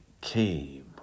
came